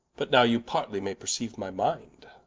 but now you partly may perceiue my minde